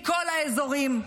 מכל האזורים.